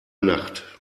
nacht